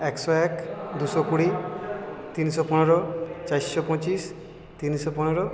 একশো এক দুশো কুড়ি তিনশো পনেরো চারশো পঁচিশ তিনশো পনেরো